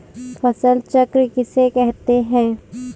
फसल चक्र किसे कहते हैं?